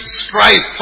strife